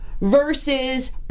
versus